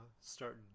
start